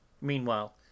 Meanwhile